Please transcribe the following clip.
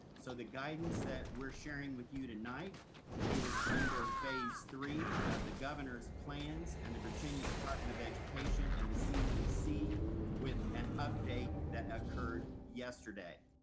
so the guidance that we're sharing with you tonight is under phase three of the governor's plans and the virginia department of education and the cdc with an update that occurred yesterday.